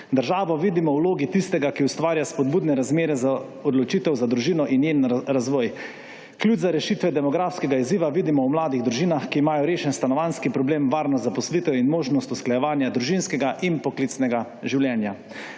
Državo vidimo v vlogi tistega, ki ustvarja spodbudne razmere za odločitev za družino in njen razvoj. Ključ za rešitve demografskega izziva vidimo v mladih družinah, ki imajo rešen stanovanjski problem, varno zaposlitev in možnost usklajevanja družinskega in poklicnega življenja.